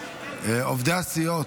עובדי הסיעות,